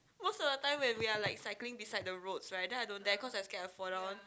most of the time when we are like cycling beside the roads then I don't care cause I scared I fall down